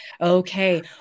Okay